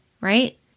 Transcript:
right